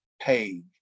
page